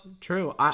true